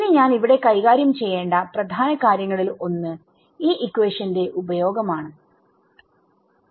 ഇനി ഞാൻ ഇവിടെ കൈകാര്യം ചെയ്യേണ്ട പ്രാധന കാര്യങ്ങളിൽ ഒന്ന് ഈ ഇക്വേഷന്റെ ഉപയോഗം ആണ്